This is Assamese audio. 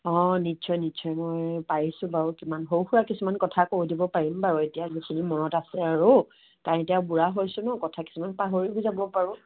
অঁ নিশ্চয় নিশ্চয় মই পাৰিছোঁ বাৰু কিমান পাৰোঁ সৰু সুৰা কিছুমান কথা কৈ দিব পাৰিম বাৰু এতিয়া যিখিনি মনত আছে আৰু কাৰণ এতিয়া বুঢ়া হৈছোঁ ন কথা কিছুমান পাহৰিও যাব পাৰোঁ